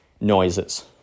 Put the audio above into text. noises